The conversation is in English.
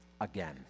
again